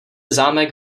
zámek